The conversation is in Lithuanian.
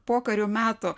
pokario metų